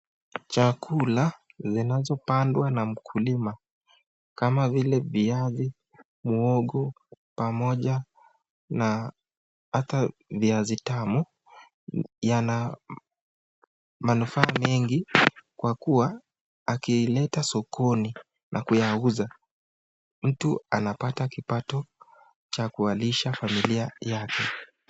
Chakula zinazo pandwa na mkulima kama vile viazi, muhogo na hata viazi tamu yana manufaa mingi kwa kua akiileta sokoni na kuyauza mtu anapata kipato cha kuwa lisha familia yake.